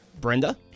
Brenda